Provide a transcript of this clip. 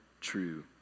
true